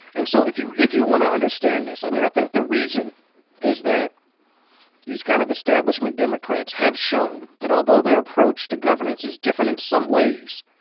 and so if you if you wanna understand this, i mean, i think the reason is that these kind of establishment democrats have shown that although their approach tog overnance is different in some ways,